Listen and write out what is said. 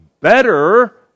better